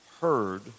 heard